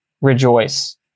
rejoice